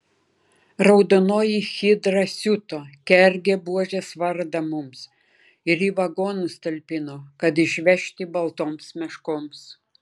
raudonoji hidra siuto kergė buožės vardą mums ir į vagonus talpino kad išvežti baltoms meškoms